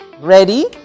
Ready